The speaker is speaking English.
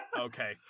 Okay